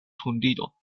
hundido